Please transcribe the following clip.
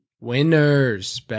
winners